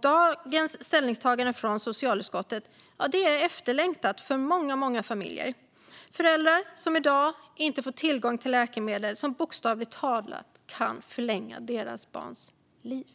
Dagens ställningstagande från socialutskottet är efterlängtat för många familjer och för föräldrar som i dag inte får tillgång till läkemedel som bokstavligt talat kan förlänga deras barns liv.